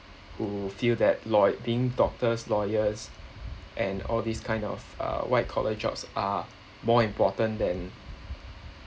who feel that law~ being doctors lawyers and all these kinds of a white collar jobs are more important than